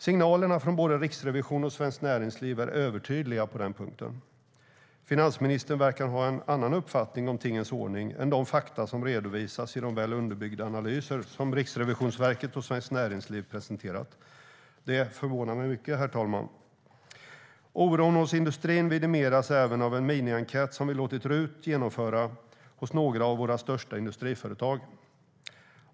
Signalerna från både Riksrevisionen och Svenskt Näringsliv är övertydliga på den punkten. Finansministern verkar ha en annan uppfattning om tingens ordning än de fakta som redovisas i de väl underbyggda analyser som Riksrevisionen och Svenskt Näringsliv presenterat. Det förvånar mig mycket, herr talman. Oron hos industrin vidimeras även av en minienkät som vi har låtit RUT genomföra hos några av våra största industriföretag.